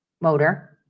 motor